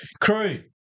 Crew